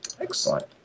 Excellent